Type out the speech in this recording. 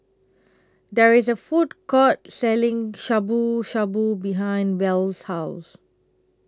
There IS A Food Court Selling Shabu Shabu behind Wells' House